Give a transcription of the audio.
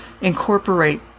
incorporate